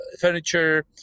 furniture